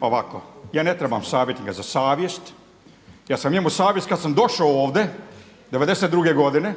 Ovako ja ne trebam savjetnika za savjest, ja sam njemu savjest kada sam došao ovdje '92. godine